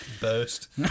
Burst